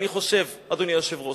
אני חושב, אדוני היושב-ראש,